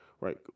right